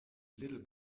little